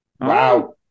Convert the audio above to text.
Wow